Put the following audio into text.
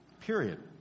period